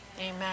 Amen